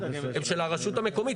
הם של הרשות המקומית.